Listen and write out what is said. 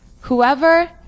Whoever